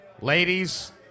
Ladies